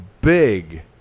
big